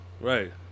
Right